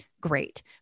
great